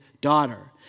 daughter